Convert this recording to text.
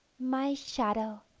my shadow